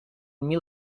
mil